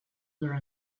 were